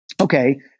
Okay